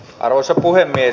arvoisa puhemies